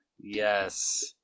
Yes